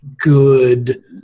good